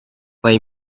play